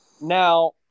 Now